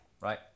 right